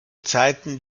zeiten